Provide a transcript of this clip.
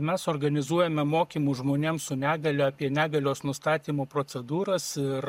mes organizuojame mokymus žmonėm su negalia apie negalios nustatymo procedūras ir